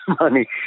money